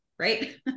right